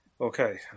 Okay